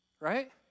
right